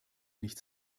nichts